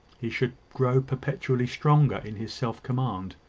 he should grow perpetually stronger in his self-command.